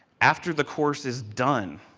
after the course is done